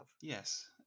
Yes